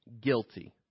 guilty